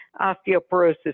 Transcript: osteoporosis